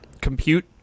Compute